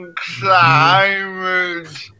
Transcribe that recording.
climate